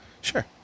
Sure